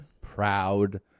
proud